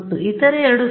ಮತ್ತು ಇತರ ಎರಡು